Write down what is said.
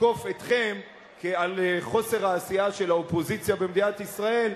לתקוף אתכם על חוסר העשייה של האופוזיציה במדינת ישראל,